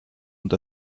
und